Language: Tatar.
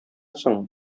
соң